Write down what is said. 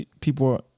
people